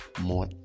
more